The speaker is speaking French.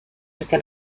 jusqu’à